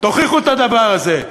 תוכיחו את הדבר הזה.